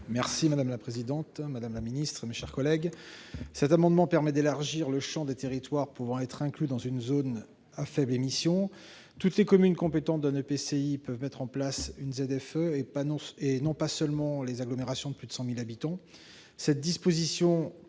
est ainsi libellé : La parole est à M. Éric Gold. Cet amendement vise à élargir le champ des territoires pouvant être inclus dans une zone à faibles émissions. Toutes les communes compétentes d'un EPCI pourront mettre en place une ZFE, et non pas seulement les agglomérations de plus de 100 000 habitants.